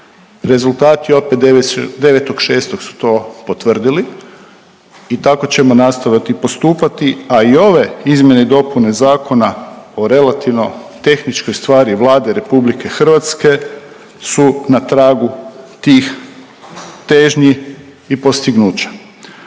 Rezultat je opet 9.06. su to potvrdili i tako ćemo nastavit i postupati, a i ove izmjene i dopune zakona o relativno tehničkoj stvari Vlade RH su na tragu tih težnji i postignuća.